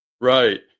Right